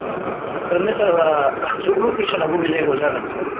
थिगानो सार ओरैनो सार जब लकेसना बबे जायगायाव जागोन सार